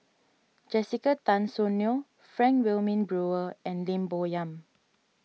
Jessica Tan Soon Neo Frank Wilmin Brewer and Lim Bo Yam